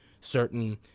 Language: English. certain